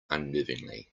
unnervingly